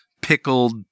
pickled